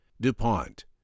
DuPont